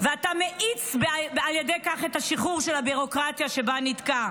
ואתה מאיץ על ידי כך את השחרור של הביורוקרטיה שבה נתקע.